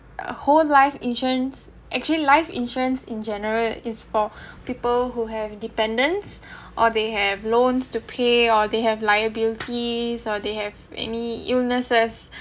a whole life insurance actually life insurance in general is for people who have dependents or they have loans to pay or they have liabilities or they hear any illnesses